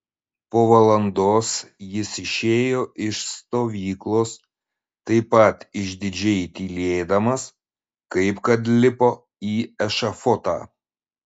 po valandos jis išėjo iš stovyklos taip pat išdidžiai tylėdamas kaip kad lipo į ešafotą